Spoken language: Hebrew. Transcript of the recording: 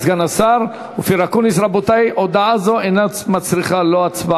גברתי, אני לא כתבתי את הספר על המחאה החברתית.